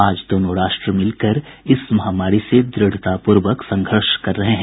आज दोनों राष्ट्र मिलकर इस महामारी से द्रढ़तापूर्वक संघर्ष कर रहे हैं